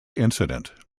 incident